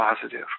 positive